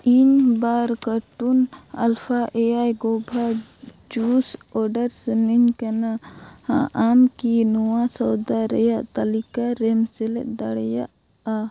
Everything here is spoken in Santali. ᱤᱧ ᱵᱟᱨ ᱠᱟᱨᱴᱚᱱᱥ ᱟᱞᱯᱷᱟ ᱮᱭᱟᱭ ᱜᱩᱣᱟᱵᱷᱟ ᱡᱩᱥ ᱚᱰᱟᱨ ᱥᱟᱹᱱᱟᱹᱧ ᱠᱟᱱᱟ ᱟᱢᱠᱤ ᱱᱚᱣᱟ ᱥᱚᱭᱫᱟ ᱨᱮᱱᱟᱜ ᱛᱟᱞᱤᱠᱟ ᱨᱮᱢ ᱥᱮᱞᱮᱫ ᱫᱟᱲᱮᱭᱟᱜᱼᱟ